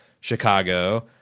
Chicago